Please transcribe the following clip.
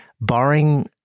barring